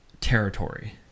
territory